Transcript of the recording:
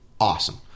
Awesome